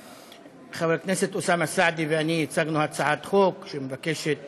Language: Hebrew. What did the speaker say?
חבר הכנסת אוסאמה סעדי ואני הצגנו הצעת חוק שמבקשת